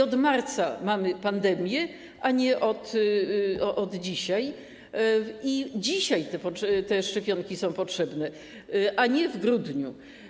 Od marca mamy pandemię, a nie od dzisiaj i dzisiaj te szczepionki są potrzebne, a nie w grudniu.